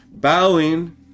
bowing